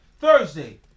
Thursday